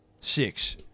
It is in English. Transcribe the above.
six